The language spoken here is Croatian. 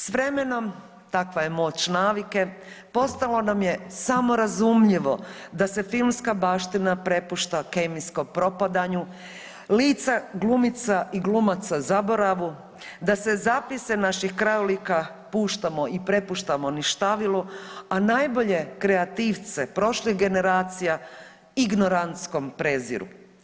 S vremenom takva je moć navike postalo nam je samo razumljivo da se filmska baština prepušta kemijskom propadanju, lica glumica i glumaca zaboravu, da se zapise naših krajolika puštamo i prepuštamo ništavilu, a najbolje kreativce prošlih generacija ignorantskom preziru.